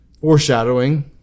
foreshadowing